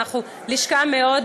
אנחנו לשכה מאוד